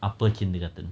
upper kindergarten